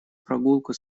прогулку